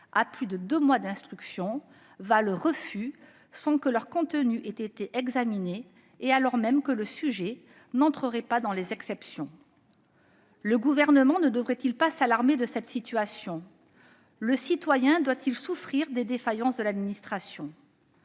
plus de deux mois d'instruction, se voient rejetés, sans que leur contenu ait été examiné, alors même que le sujet n'entre pas dans les exceptions. Le Gouvernement ne devrait-il pas s'alarmer d'une telle situation ? Le citoyen doit-il souffrir des défaillances de l'administration ?